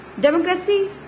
Democracy